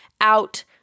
out